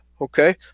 okay